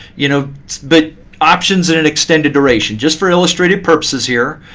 you know but options at an extended duration, just for illustrative purposes here.